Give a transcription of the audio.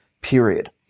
period